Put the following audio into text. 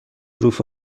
ظروف